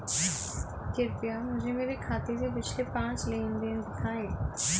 कृपया मुझे मेरे खाते से पिछले पांच लेनदेन दिखाएं